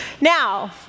Now